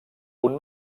punt